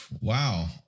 wow